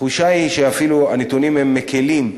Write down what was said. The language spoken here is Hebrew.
והתחושה היא שהנתונים הם אפילו מקלים,